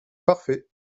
parfait